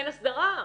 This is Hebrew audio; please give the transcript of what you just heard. אין הסדרה,